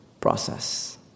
process